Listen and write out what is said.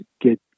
get